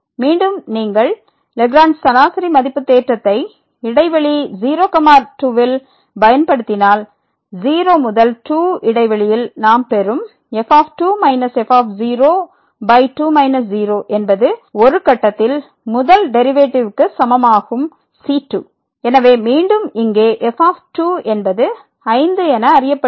மீண்டும் நீங்கள் லாக்ரேஞ்ச் சராசரி மதிப்பு தேற்றத்தை இடைவெளி 0 2 யில் பயன்படுத்தினால் 0 முதல் 2 இடைவெளியில் நாம் பெறும் f2 f2 0 என்பது ஒரு கட்டத்தில் முதல் டெரிவேட்டிவ்க்கு சமமாகும் c2 எனவே மீண்டும் இங்கே f என்பது 5 என அறியப்படுகிறது